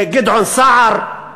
גדעון סער,